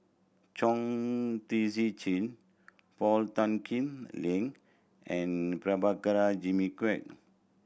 Chong Tze Chien Paul Tan Kim Lin and Prabhakara Jimmy Quek